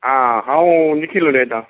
आं हांव निखील उलयतां